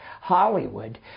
Hollywood